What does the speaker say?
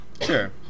Sure